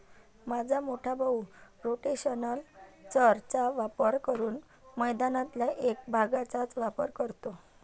माझा मोठा भाऊ रोटेशनल चर चा वापर करून मैदानातल्या एक भागचाच वापर करतो